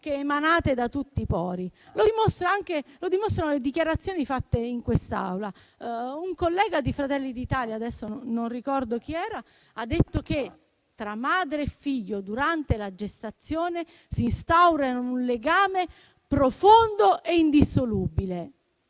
emanate da tutti i pori. Lo dimostrano le dichiarazioni fatte in quest'Aula: un collega di Fratelli d'Italia - adesso non ricordo chi fosse - ha detto che tra madre e figlio durante la gestazione si instaura un legame profondo e indissolubile.